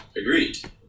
agreed